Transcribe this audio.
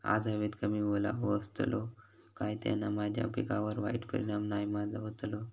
आज हवेत कमी ओलावो असतलो काय त्याना माझ्या पिकावर वाईट परिणाम नाय ना व्हतलो?